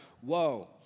whoa